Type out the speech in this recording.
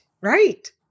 Right